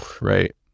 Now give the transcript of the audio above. right